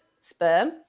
sperm